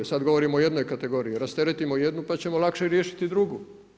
Sad govorimo o jednoj kategoriji, rasteretimo jednu pa ćemo lakše riješiti drugu.